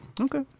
Okay